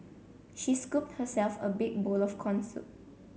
she scooped herself a big bowl of corn soup